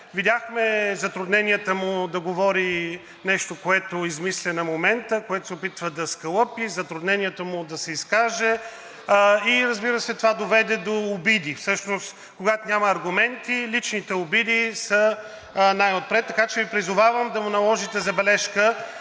Видяхме затрудненията му да говори нещо, което измисля на момента, което се опитва да скалъпи, затрудненията му да се изкаже и разбира се, това доведе до обиди. Всъщност, когато няма аргументи, личните обиди са най-отпред, така че Ви призовавам да му наложите забележка